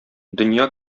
дөнья